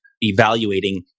evaluating